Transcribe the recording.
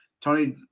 Tony